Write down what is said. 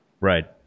Right